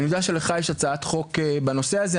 אני יודע שלך יש הצעת חוק בנושא הזה,